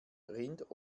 rind